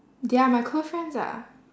they are my girlfriends ah